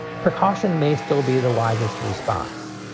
precaution may still be the wisest response.